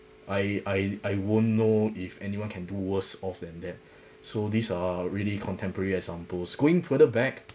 I I I won't know if anyone can do worse off than them so these are really contemporary examples going further back